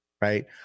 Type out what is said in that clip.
right